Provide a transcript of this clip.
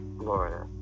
Florida